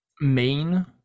main